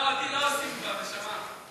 לא, אותי לא עושים כבר, נשמה.